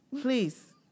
Please